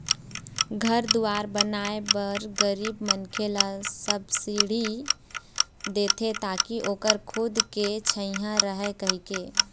घर दुवार बनाए बर गरीब मनखे ल सब्सिडी देथे ताकि ओखर खुद के छइहाँ रहय कहिके